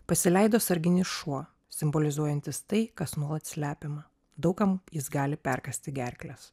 pasileido sarginis šuo simbolizuojantis tai kas nuolat slepiama daug kam jis gali perkąsti gerkles